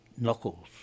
knuckles